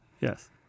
yes